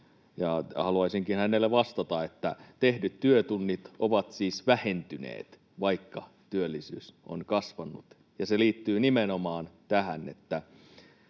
Haluaisinkin hänelle vastata, että tehdyt työtunnit ovat siis vähentyneet, vaikka työllisyys on kasvanut, ja se liittyy nimenomaan tähän,